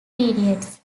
periods